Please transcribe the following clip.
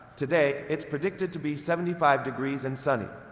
today, it's predicted to be seventy five degrees and sunny.